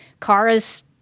Kara's